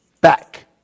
back